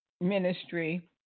ministry